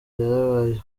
yarabaye